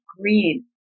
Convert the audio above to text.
green